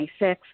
26